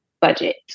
budget